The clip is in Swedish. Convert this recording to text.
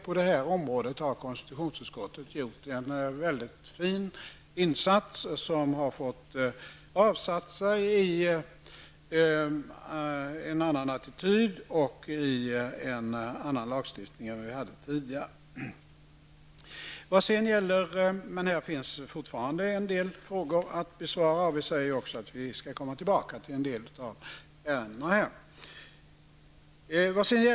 På detta område har konstitutionsutskottet enligt min uppfattning gjort en mycket fin insats, som har givit upphov till en annan attityd och en annan lagstiftning än vi hade tidigare. Men det finns fortfarande en del frågor att besvara, och vi säger också att vi skall komma tillbaka till en del av ärendena.